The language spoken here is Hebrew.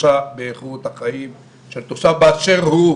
קשה באיכות החיים של תושב באשר הוא,